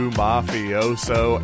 mafioso